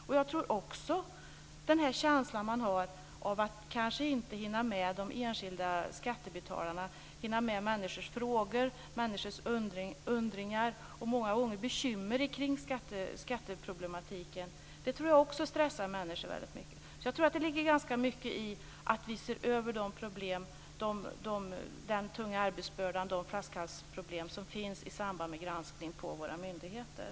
Man får också känslan att inte hinna med de enskilda skattebetalarna och att inte ha tid att besvara människors frågor, undringar och många gånger bekymmer kring skatteproblematiken. Jag tror att också detta stressar de anställda mycket. Jag tror att det är angeläget att se över problemen med den tunga arbetsbördan och de flaskhalsproblem som förekommer i samband med granskningsarbetet på våra myndigheter.